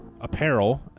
apparel